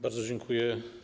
Bardzo dziękuję.